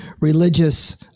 religious